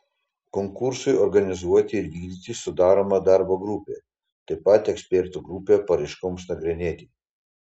konkursui organizuoti ir vykdyti sudaroma darbo grupė taip pat ekspertų grupė paraiškoms nagrinėti